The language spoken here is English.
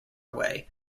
away